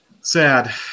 Sad